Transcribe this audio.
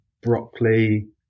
Broccoli